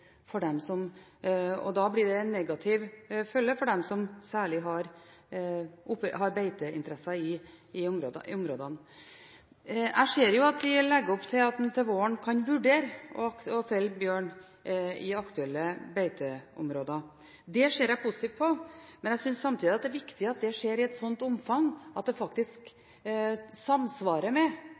for dem som har beiteinteresser i områdene. Jeg ser jo at en legger opp til at en til våren kan vurdere å felle bjørn i aktuelle beiteområder. Det ser jeg positivt på, men jeg synes samtidig det er viktig at det skjer i et slikt omfang at det faktisk samsvarer med